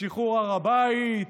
שחרור הר הבית,